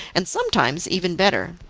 and sometimes even better.